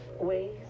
ways